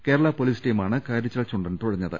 Kerala police ടീമാണ് കാരിച്ചാൽ ചുണ്ടൻ തുഴഞ്ഞത്